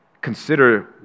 consider